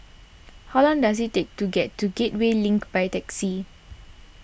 how long does it take to get to Gateway Link by taxi